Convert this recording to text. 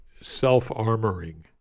Self-armoring